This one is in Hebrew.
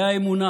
והאמונה,